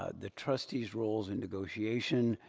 ah the trustees roles in negotiation.